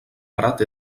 prat